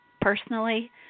personally